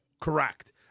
Correct